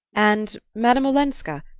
and madame olenska?